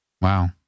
Wow